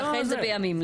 לכן זה בימים.